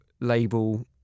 label